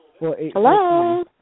Hello